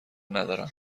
ندارم